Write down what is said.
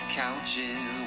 couches